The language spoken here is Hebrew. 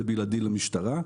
זה בלעדי למשטרה,